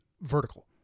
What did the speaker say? vertical